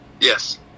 yes